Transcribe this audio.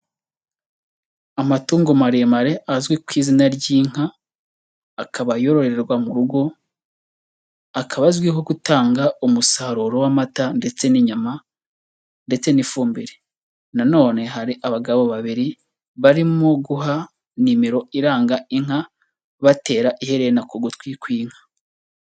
Amatungo maremare azwi ku izina ry'inka, akaba yororerwa mu rugo, akaba azwiho gutanga umusaruro w'amata ndetse n'inyama ndetse n'ifumbire. Na none hari abagabo babiri barimo guha nimero iranga inka, batera iherena ku gutwi kw'inka.